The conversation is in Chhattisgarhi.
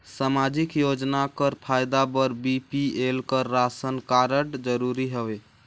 समाजिक योजना कर फायदा बर बी.पी.एल कर राशन कारड जरूरी हवे?